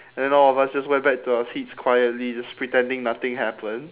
and then all of us just went back to our seats quietly just pretending nothing happened